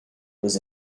was